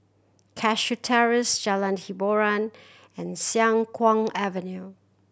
Cashew Terrace Jalan Hiboran and Siang Kuang Avenue